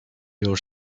your